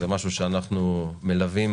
זה משהו שאנחנו מלווים